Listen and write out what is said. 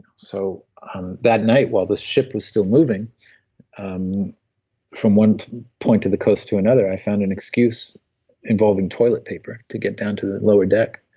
so um that night while the ship was still moving um from one point to the coast to another, i found an excuse involving toilet paper to get down to the lower deck.